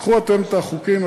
תיקחו אתם את החוקים,